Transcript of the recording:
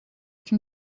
can